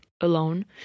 alone